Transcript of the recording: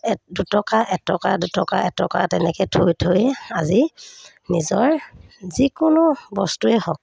দুটকা এটকা দুটকা এটকা তেনেকৈ থৈ থৈ আজি নিজৰ যিকোনো বস্তুৱেই হওক